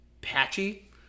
patchy